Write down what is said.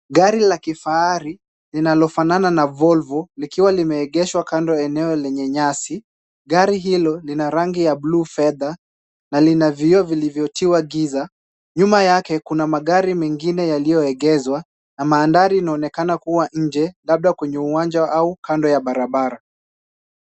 Gari la kifahari linalofanana na Volvo likiwa limeegeshwa kando eneo lenye nyasi. Gari hilo lina rangi ya buluu fedha na lina vioo vilivyotiwa giza. Nyuma yake kuna magari mengine yaliyoegeshwa na mandhari inaonekana kuwa nje labda kwenye uwanja au kando ya barabara.